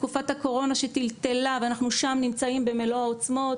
תקופת הקורונה שטלטלה ואנחנו שם נמצאים במלוא העוצמות,